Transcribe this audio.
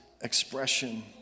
expression